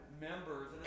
members